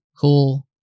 cool